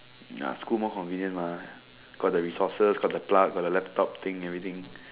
ya school more convenient mah got the resources got the plug got the laptop thing everything